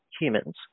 humans